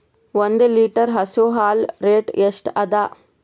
ಒಂದ್ ಲೀಟರ್ ಹಸು ಹಾಲ್ ರೇಟ್ ಎಷ್ಟ ಅದ?